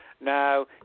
Now